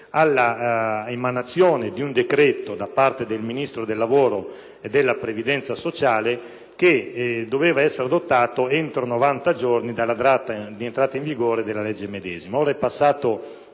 all'emanazione di un decreto da parte del Ministro del lavoro e della previdenza sociale, che doveva essere adottato entro 90 giorni dalla data di entrata in vigore della legge medesima.